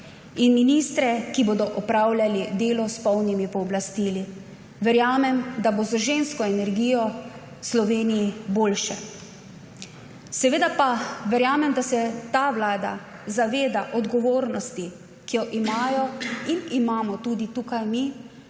in ministre, ki bodo opravljali delo s polnimi pooblastili. Verjamem, da bo z žensko energijo Sloveniji boljše. Seveda pa verjamem, da se ta vlada zaveda odgovornosti, ki jo imajo in imamo tudi mi tukaj,